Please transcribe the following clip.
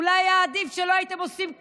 אולי היה עדיף שלא הייתם עושים כלום,